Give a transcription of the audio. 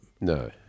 no